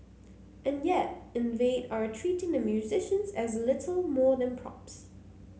and yet Invade are treating the musicians as little more than props